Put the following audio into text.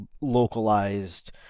localized